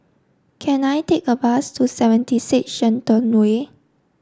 can I take a bus to seventy six Shenton Way